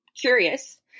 curious